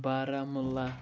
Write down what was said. Baramulla